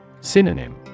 Synonym